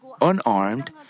unarmed